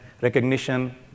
recognition